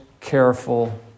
careful